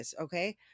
okay